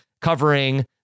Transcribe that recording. covering